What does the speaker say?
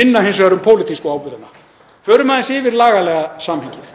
minna hins vegar um pólitísku ábyrgðina. Förum aðeins yfir lagalega samhengið.